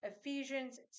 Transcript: Ephesians